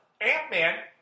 Ant-Man